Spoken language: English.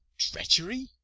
treachery!